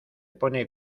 pone